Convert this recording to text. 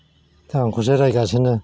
दा आंखौसो रायगासिनो